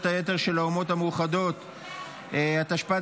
היתר של האומות המאוחדות (ביטול החסינויות וזכויות היתר של סוכנות